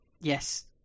yes